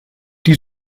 die